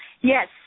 Yes